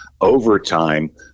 overtime